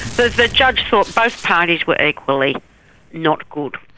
but the judge thought both parties were equally not good.